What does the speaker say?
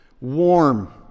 Warm